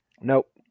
Nope